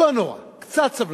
לא נורא, קצת סבלנות.